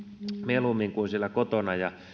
mieluummin siellä kuin kotona